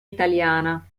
italiana